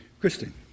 Christine